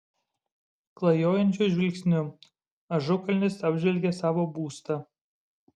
klajojančiu žvilgsniu ažukalnis apžvelgė savo būstą